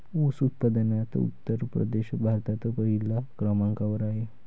ऊस उत्पादनात उत्तर प्रदेश भारतात पहिल्या क्रमांकावर आहे